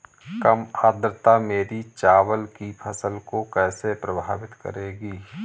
कम आर्द्रता मेरी चावल की फसल को कैसे प्रभावित करेगी?